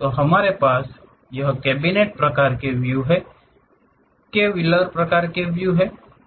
तो हमारे पास यह कैबिनेट प्रकार के व्यू हैं केविलर प्रकार के व्यू मिल्ट्री प्रकार के व्यू हैं